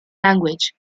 language